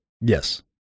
Yes